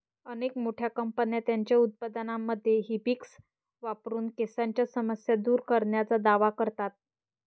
अनेक मोठ्या कंपन्या त्यांच्या उत्पादनांमध्ये हिबिस्कस वापरून केसांच्या समस्या दूर करण्याचा दावा करतात